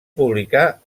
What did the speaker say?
publicar